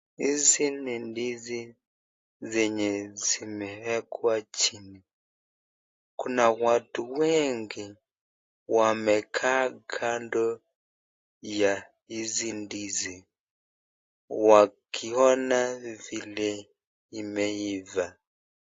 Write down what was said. Hizi ni ndizi zenye zimewekwa chini. Kuna watu wengi wamekaa kando ya hizi ndizi wakiona vile imeivaa.